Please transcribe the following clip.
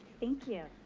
thank you.